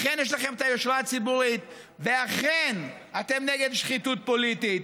אכן יש לכם את היושרה הציבורית ואכן אתם נגד שחיתות פוליטית.